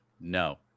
no